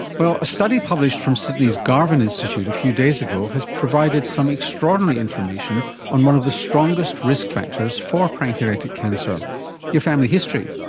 well, a study published from sydney's garvan institute a few days ago has provided some extraordinary information on one of the strongest risk factors for pancreatic cancer your family history.